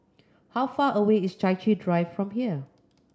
how far away is Chai Chee Drive from here